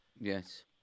Yes